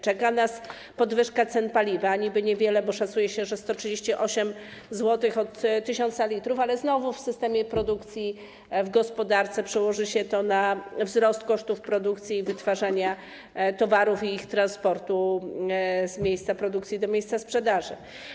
Czeka nas podwyżka cen paliwa, niby niewielka, bo szacuje się, że 138 zł od 1 tys. l, ale znowu w systemie produkcji w gospodarce przełoży się to na wzrost kosztów produkcji i wytwarzania towarów i ich transportu z miejsca produkcji do miejsca sprzedaży.